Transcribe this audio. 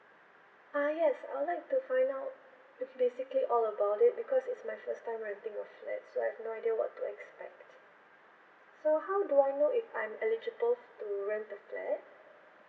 ah yes I would like to find out it's basically all about it because it's my first time renting a flat so I have no idea what to expect so how do I know if I'm eligible to rent a flat